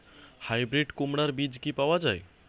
Hybrid কুমড়ার বীজ কি পাওয়া য়ায়?